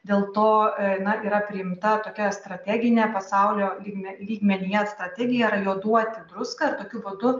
dėl to na yra priimta tokia strateginė pasaulio lygme lygmenyje strategija yra joduoti druskąir tokiu būdu